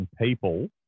people